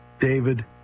David